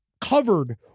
covered